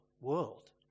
world